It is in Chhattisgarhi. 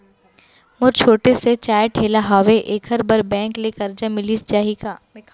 मोर छोटे से चाय ठेला हावे एखर बर बैंक ले करजा मिलिस जाही का?